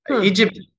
Egypt